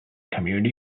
community